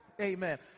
Amen